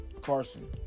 Carson